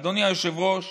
אדוני היושב-ראש,